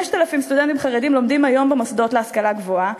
5,000 סטודנטים חרדים לומדים היום במוסדות להשכלה גבוהה,